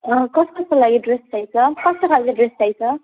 कस कसको लागि ड्रेस चाहिन्छ कस्तो खालको ड्रेस चाहिन्छ